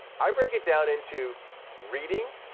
i break it down into reading,